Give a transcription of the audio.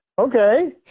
okay